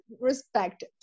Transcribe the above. respect